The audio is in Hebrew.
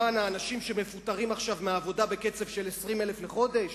למען האנשים שמפוטרים עכשיו מהעבודה בקצב של 20,000 לחודש?